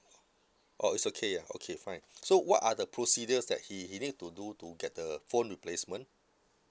oh it's okay ah okay fine so what are the procedures that he he need to do to get the phone replacement